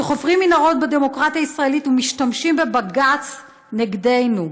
שחופרים מנהרות בדמוקרטיה הישראלית ומשתמשים בבג"ץ נגדנו.